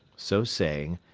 so saying,